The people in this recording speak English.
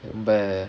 bear